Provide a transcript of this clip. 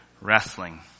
wrestling